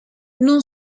non